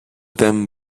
them